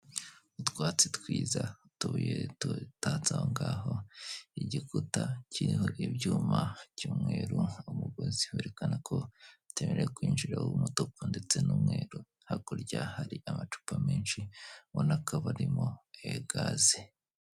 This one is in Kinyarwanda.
utwatsi twiza utubuye dutatse ahongaho, igikuta kiriho icyuma cy'umweru, umugozi werekana ko hatemerewe kwinjira w'umutuku n'umweru. Hakurya hari amacupa menshi akaba arimo gaz.